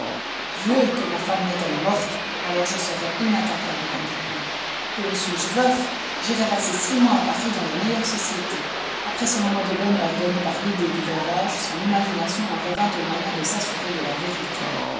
dieu que ma femme n'est-elle morte alors je serais inattaquable au ridicule que ne suis-je veuf j'irais passer six mois à paris dans les meilleures sociétés après ce moment de bonheur donné par l'idée du veuvage son imagination en revint aux moyens de s'assurer de la vérité